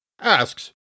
Asks